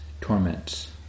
torments